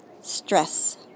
stress